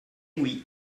oui